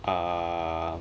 err